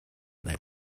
that